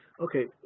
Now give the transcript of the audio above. Okay